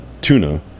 tuna